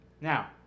Now